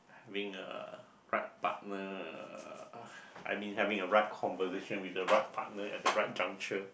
being a right partner uh I mean having a right conversation with the right partner at the right juncture